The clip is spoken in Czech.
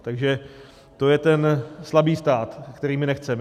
Takže to je ten slabý stát, který my nechceme.